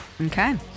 Okay